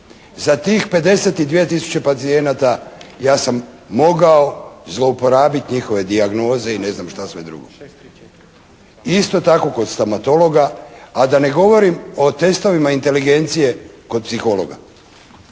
Za tih 52 tisuće pacijenata ja sam mogao zlouporabiti njihove dijagnoze i ne znam šta sve drugo. I isto tako kod stomatologa, a da ne govorim o testovima inteligencije kod psihologa